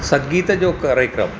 संगीत जो कार्यक्रम